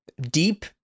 deep